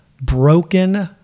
broken